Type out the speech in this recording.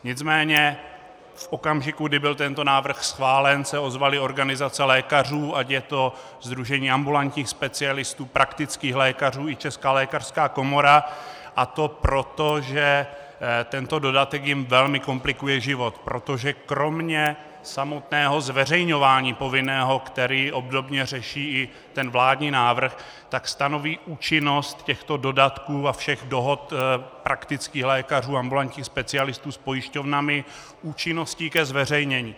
Nicméně v okamžiku, kdy byl tento návrh schválen, se ozvaly organizace lékařů, ať je to Sdružení ambulantních specialistů, praktických lékařů i Česká lékařská komora, a to proto, že tento dodatek jim velmi komplikuje život, protože kromě samotného povinného zveřejňování, které obdobně řeší i ten vládní návrh, tak stanoví účinnost těchto dodatků a všech dohod praktických lékařů i ambulantních specialistů s pojišťovnami účinností ke zveřejnění.